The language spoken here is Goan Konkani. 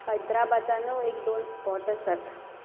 हैद्रबादानूय एक दोन स्पॉट आसात